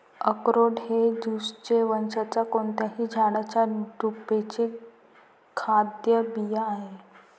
अक्रोड हे जुगलन्स वंशाच्या कोणत्याही झाडाच्या ड्रुपचे खाद्य बिया आहेत